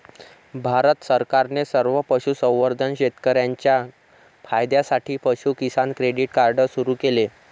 भारत सरकारने सर्व पशुसंवर्धन शेतकर्यांच्या फायद्यासाठी पशु किसान क्रेडिट कार्ड सुरू केले